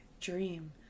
Dream